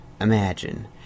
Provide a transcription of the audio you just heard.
imagine